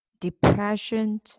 depression